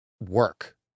work